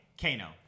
Kano